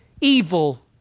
evil